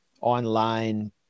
online